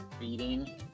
feeding